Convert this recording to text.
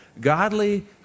Godly